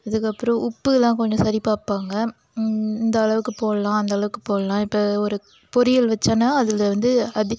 அதுக்குப்புறம் உப்பு இதலா கொஞ்சம் சரி பார்ப்பாங்க இந்தளவுக்குப் போடலாம் அந்தளவுக்குப் போடலாம் இப்போ ஒரு பொரியல் வச்சேன்னா அதில் வந்து அதி